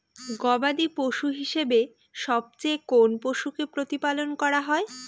গবাদী পশু হিসেবে সবচেয়ে কোন পশুকে প্রতিপালন করা হয়?